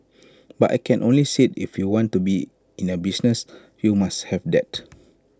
but I can only say if you want to be in A business you must have that